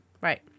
Right